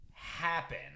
Happen